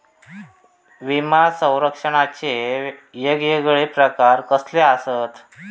विमा सौरक्षणाचे येगयेगळे प्रकार कसले आसत?